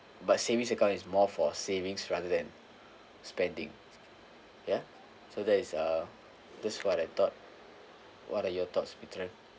but savings account is more for savings rather than spending ya so that is uh that's what I thought what are your thoughts mithran